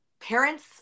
Parents